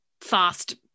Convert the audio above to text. fast